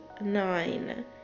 nine